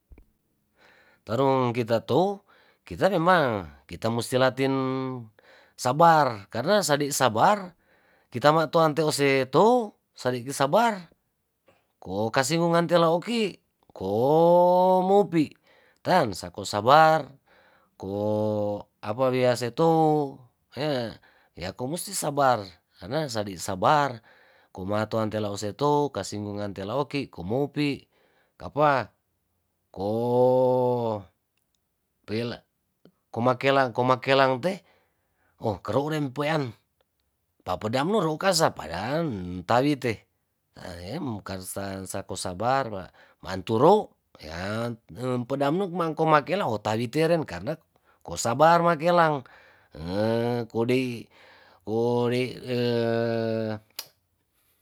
Torong kita tou kita nemang kita musti latin sabar, karna sadi' sabar kitama' toante osei tou sadiki sabar. ko kasinggu antela oki koo mupi' tan sako sabar ko apa wiase tou he'e ya ko musti sabar karna sadi' sabar koman tu antelaosei to kasinggungan tela oki kumopi' kapa ko kela momakelang komakelang te kero' urempean papedamur okasa padahal entawi te, eem kan karo sako sabar maanturu ya pedamnuk ma angko makela otawi teren karna ko sabar makelang kodi.